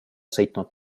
sõitnud